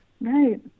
Right